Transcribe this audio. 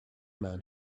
man